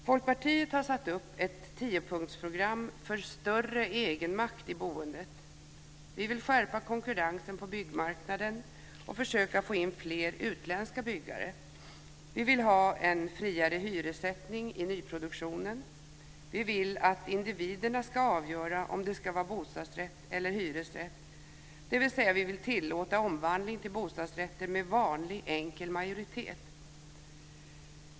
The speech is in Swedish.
Folkpartiet har satt upp ett tiopunktsprogram för större egenmakt i boendet: Vi vill skärpa konkurrensen på byggmarknaden och försöka få in fler utländska byggare. Vi vill ha en friare hyressättning i nyproduktionen. Vi vill att individerna ska avgöra om det ska vara bostadsrätt eller hyresrätt, dvs. vi vill tillåta omvandling till bostadsrätter med vanlig enkel majoritet.